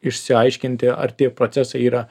išsiaiškinti ar tie procesai yra